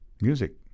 music